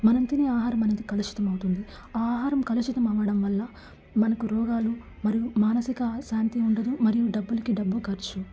మనం తినే ఆహారం అనేదికలుషితం అవుతుంది ఆ ఆహారం కలుషితం అవ్వడం వల్ల మనకు రోగాలు మరియు మానసిక శాంతి ఉండదు మరియు డబ్బులకి డబ్బు ఖర్చు